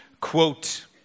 quote